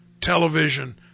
television